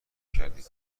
کردیم